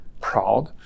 proud